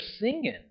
singing